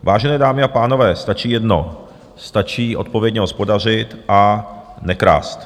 Vážené dámy a pánové, stačí jedno stačí odpovědně hospodařit a nekrást.